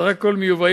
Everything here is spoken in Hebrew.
אסור לאשר ליד מפעל